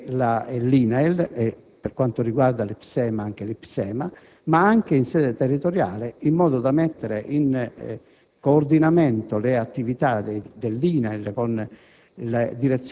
e l'INAIL e, per quanto riguarda l'IPSEMA, anche l'IPSEMA), ma anche in sede territoriale, in modo da mettere in coordinamento le attività dell'INAIL con